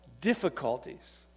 difficulties